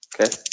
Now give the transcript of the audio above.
okay